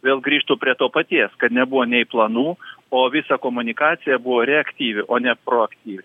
vėl grįžtu prie to paties kad nebuvo nei planų o visa komunikacija buvo reaktyvi o ne proaktyvi